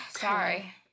Sorry